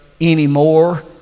anymore